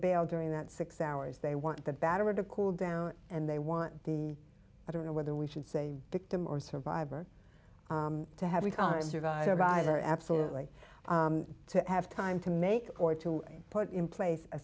bail during that six hours they want the battery to cool down and they want the i don't know whether we should say victim or survivor to have the time survivor absolutely to have time to make or to put in place